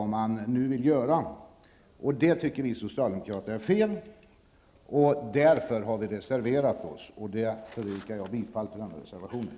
Det tycker vi socialdemokrater är fel, och därför har vi reserverat oss. Herr talman! Jag yrkar bifall till reservationen.